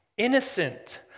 Innocent